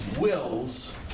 wills